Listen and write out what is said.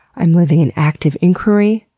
i'm living in active inquiry.